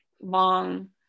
long